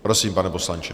Prosím, pane poslanče.